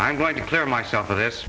i'm going to clear myself of this